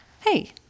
Hey